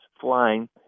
flying